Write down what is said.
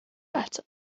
letter